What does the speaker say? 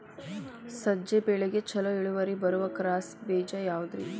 ಸಜ್ಜೆ ಬೆಳೆಗೆ ಛಲೋ ಇಳುವರಿ ಬರುವ ಕ್ರಾಸ್ ಬೇಜ ಯಾವುದ್ರಿ?